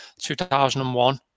2001